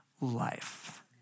life